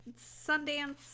sundance